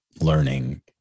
learning